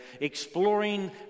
exploring